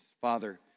Father